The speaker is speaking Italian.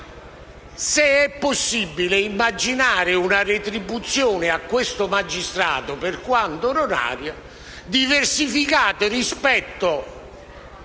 sia possibile immaginare una retribuzione a questo magistrato, per quanto onorario, diversificata rispetto